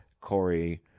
Corey